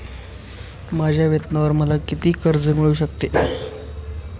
माझ्या वेतनावर मला किती कर्ज मिळू शकते?